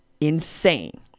insane